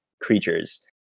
creatures